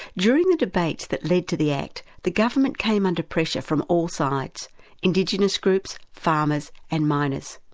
during the debates that led to the act, the government came under pressure from all sides indigenous groups, farmers, and miners.